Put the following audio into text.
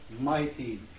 mighty